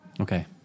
Okay